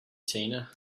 tina